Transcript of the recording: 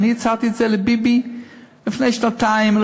הצעתי את זה לביבי לפני שנתיים,